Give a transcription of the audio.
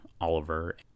Oliver